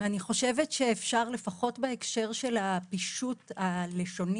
אני חושבת שלפחות בהקשר של הפישוט הלשוני